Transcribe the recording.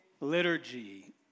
liturgy